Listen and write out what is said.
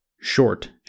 Short